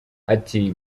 ati